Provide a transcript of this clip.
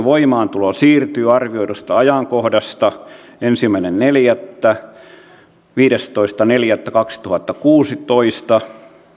voimaantulo siirtyy arvioidusta ajankohdasta ensimmäinen neljättä kaksituhattakuusitoista ajankohtaan viidestoista neljättä kaksituhattakuusitoista